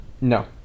No